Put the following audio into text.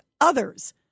others